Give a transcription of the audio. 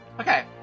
Okay